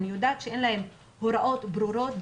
אני יודעת שאין להם הוראות ברורות,